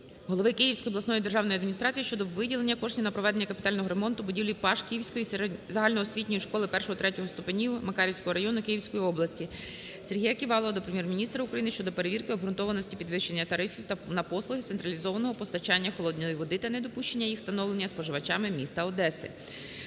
голови Київської обласної державної адміністрації щодо виділення коштів на проведення капітального ремонту будівлі Пашківської загальноосвітньої школи І-ІІІ ступенів Макарівського району Київської області. Сергія Ківалова до Прем'єр-міністра України щодо перевірки обґрунтованості підвищення тарифів на послуги з централізованого постачання холодної води та недопущення їх встановлення споживачам міста Одеси.